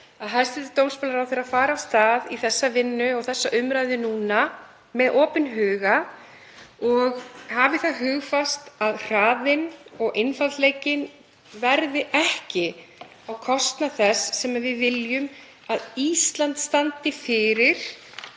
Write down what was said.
að hæstv. dómsmálaráðherra fari af stað í þessa vinnu og þessa umræðu núna með opinn huga og hafi það hugfast að hraðinn og einfaldleikinn verði ekki á kostnað þess sem við viljum að Ísland standi fyrir